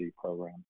program